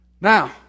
Now